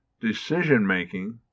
decision-making